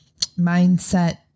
mindset